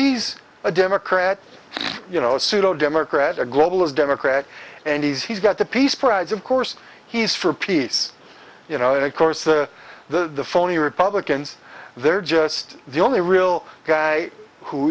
he's a democrat you know pseudo democrats are global as democrat and he's he's got the peace prize of course he's for peace you know and of course the the phony republicans they're just the only real guy who